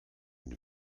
une